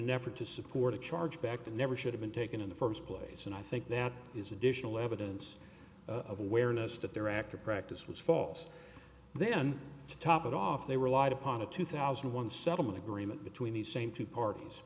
an effort to support a chargeback that never should have been taken in the first place and i think that is additional evidence of awareness that there after practice was false then to top it off they relied upon a two thousand and one settlement agreement between the same two parties